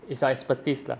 it's your expertise lah